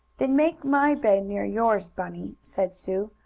then make my bed near yours, bunny, said sue.